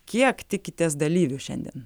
kiek tikitės dalyvių šiandien